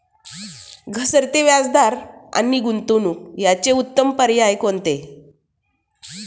घसरते व्याजदर आणि गुंतवणूक याचे उत्तम पर्याय कोणते?